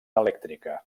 elèctrica